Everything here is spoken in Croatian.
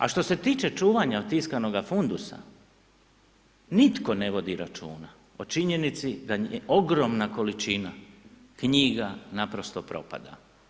A što se tiče čuvanja tiskanog fundusa, nitko ne vodi računa o činjenici da ogromna količina knjiga naprosto propada.